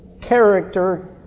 character